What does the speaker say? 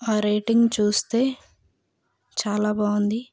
ఆ రేటింగ్ చూస్తే చాలా బాగుంది